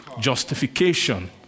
Justification